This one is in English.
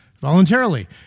voluntarily